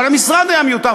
אבל המשרד היה מיותר,